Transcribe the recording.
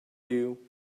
you